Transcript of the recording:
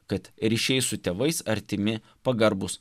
kad ryšiai su tėvais artimi pagarbus